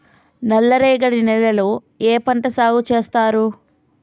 నల్లరేగడి నేలల్లో ఏ పంట సాగు చేస్తారు?